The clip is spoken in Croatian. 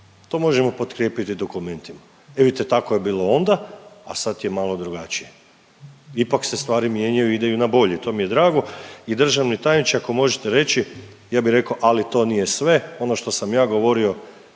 To možemo potkrijepiti dokumentima. E vidite, tako je bilo onda, a sad je malo drugačije. Ipak se stvari mijenjaju i idu na bolje, to mi je drago i državni tajniče, ako možete reći, ja bih rekao, ali to nije sve, ono što sam ja govorio,